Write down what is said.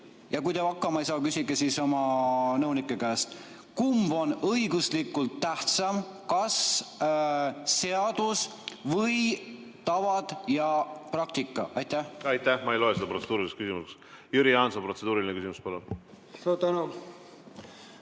ja kui te hakkama ei saa, siis küsige oma nõunike käest –, kumb on õiguslikult tähtsam, kas seadus või tavad ja praktika. Aitäh! Ma ei loe seda protseduuriliseks küsimuseks. Jüri Jaanson, protseduuriline küsimus, palun!